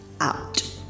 out